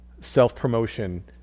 self-promotion